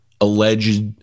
alleged